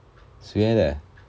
谁来的